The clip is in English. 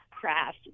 craft